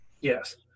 Yes